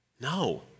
No